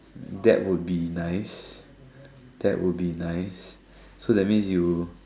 that would be nice that would be nice so that means you